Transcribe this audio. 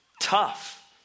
tough